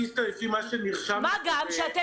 מה גם שאתם